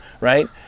right